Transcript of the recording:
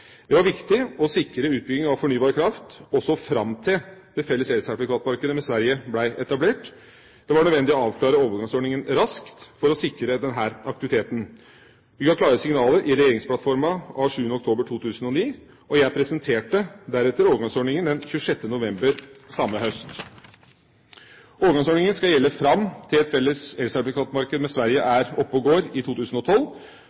Det var viktig å sikre utbygging av fornybar kraft også fram til det felles elsertifikatmarkedet med Sverige blir etablert. Det var nødvendig å avklare overgangsordningen raskt for å sikre denne aktiviteten. Vi ga klare signaler i regjeringsplattformen av 7. oktober 2009, og jeg presenterte deretter overgangsordningen 26. november samme høst. Overgangsordningen skal gjelde fram at til et felles elsertifikatmarked med Sverige